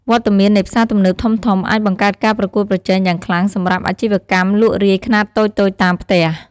វត្តមាននៃផ្សារទំនើបធំៗអាចបង្កើតការប្រកួតប្រជែងយ៉ាងខ្លាំងសម្រាប់អាជីវកម្មលក់រាយខ្នាតតូចៗតាមផ្ទះ។